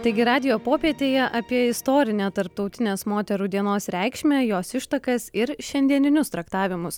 taigi radijo popietėje apie istorinę tarptautinės moterų dienos reikšmę jos ištakas ir šiandieninius traktavimus